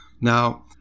Now